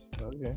Okay